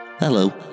Hello